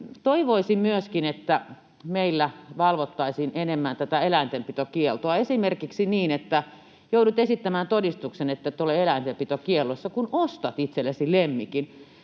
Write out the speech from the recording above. toivoisin myöskin, että meillä valvottaisiin enemmän tätä eläintenpitokieltoa, esimerkiksi niin, että joudut esittämään todistuksen, ettet ole eläintenpitokiellossa, kun ostat itsellesi lemmikin.